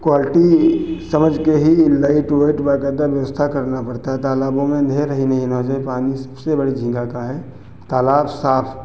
quality समझ के ही लाइट वाइट बकायदा व्यवस्था करना पड़ता है तालाबों में अंधेर ही नहीं ना हाे जाए पानी सबसे बड़ी झींगा का है तालाब साफ